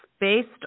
based